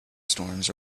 storms